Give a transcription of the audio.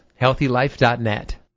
HealthyLife.net